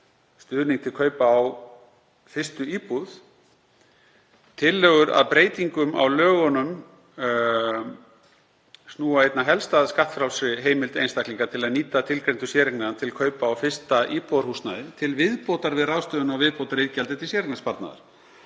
stuðning til kaupa á fyrstu íbúð. Tillögur að breytingum á lögunum snúa einna helst að skattfrjálsri heimild einstaklinga til að nýta tilgreinda séreign til kaupa á fyrsta íbúðarhúsnæði til viðbótar við ráðstöfun á viðbótariðgjaldi til séreignarsparnaðar.